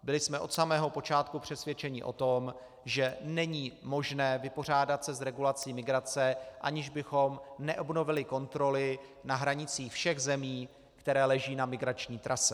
Byli jsme od samého počátku přesvědčeni o tom, že není možné, vypořádat se s regulací migrace, aniž bychom neobnovili kontroly na hranicích všech zemí, které leží na migrační trase.